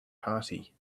party